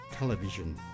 Television